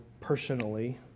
personally